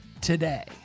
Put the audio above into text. today